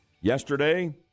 Yesterday